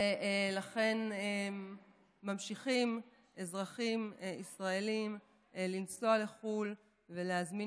ולכן ממשיכים אזרחים ישראלים לנסוע לחו"ל ולהזמין